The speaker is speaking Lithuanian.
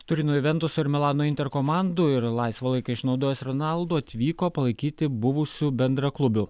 turino juventuso ir milano inter komandų ir laisvą laiką išnaudojęs ronaldo atvyko palaikyti buvusių bendraklubių